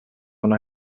una